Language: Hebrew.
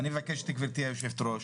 אני מבקש גברתי יושבת הראש,